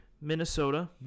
Minnesota